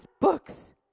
books